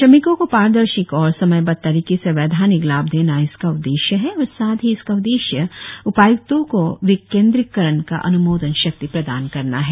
श्रमिको को पारदर्शिक और समयबद्ध तरिके से वैधानिक लाभ देना इसका उद्देश्य है और साथ ही इसका उद्देश्य उपाय्क्तो को विकेंद्रीकरण का अन्मोदन शक्ति प्रदान करना है